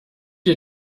ihr